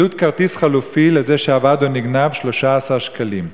עלות כרטיס חלופי לזה שאבד או נגנב היא 13 שקלים.